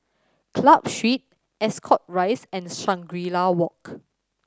Club Street Ascot Rise and Shangri La Walk